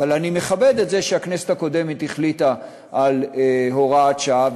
אבל אני מכבד את זה שהכנסת הקודמת החליטה על הוראת השעה,